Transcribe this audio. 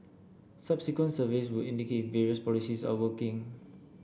subsequent surveys would indicate if various policies are working